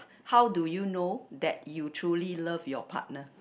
how do you know that you truly love your partner